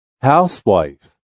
Housewife